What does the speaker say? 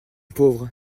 pauvre